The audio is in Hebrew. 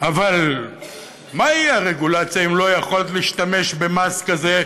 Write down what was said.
אבל מהי רגולציה אם לא היכולת להשתמש במס כזה,